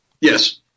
Yes